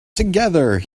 together